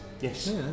Yes